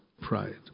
pride